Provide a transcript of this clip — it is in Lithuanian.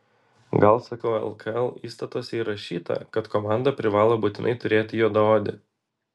gal sakau lkl įstatuose įrašyta kad komanda privalo būtinai turėti juodaodį